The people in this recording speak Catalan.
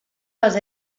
les